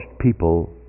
people